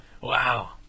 Wow